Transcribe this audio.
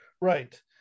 right